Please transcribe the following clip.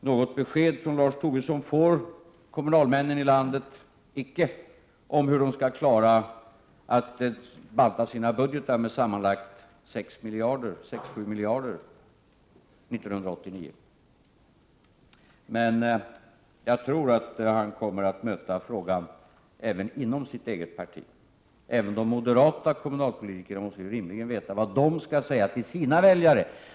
Något besked från Lars Tobisson får kommunalmännen i landet icke om hur de skall klara att banta sina budgetar med sammanlagt 6-7 miljarder 1989, men jag tror att han kommer att möta den frågan även inom sitt eget parti. Även de moderata kommunalpolitikerna måste rimligen vilja veta vad de skall säga till sina väljare.